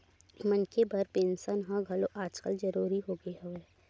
मनखे बर पेंसन ह घलो आजकल जरुरी होगे हवय